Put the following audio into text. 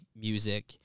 music